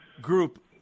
group